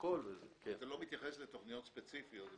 זה לא מתייחס לתכניות ספציפיות.